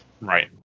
Right